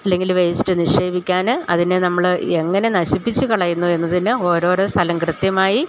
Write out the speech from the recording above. അല്ലെങ്കിൽ വേസ്റ്റ് നിക്ഷേപിക്കാന് അതിനെ നമ്മള് എങ്ങനെ നശിപ്പിച്ച് കളയുന്നു എന്നതിന് ഓരോരോ സ്ഥലം കൃത്യമായി